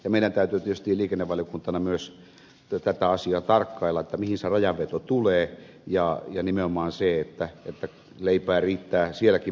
meidän täytyy tietysti liikennevaliokuntana myös tätä asiaa tarkkailla mihin se rajanveto tulee ja nimenomaan sitä että leipää riittää sielläkin puolella